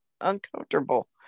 uncomfortable